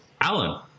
alan